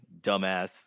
dumbass